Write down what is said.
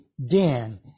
Dan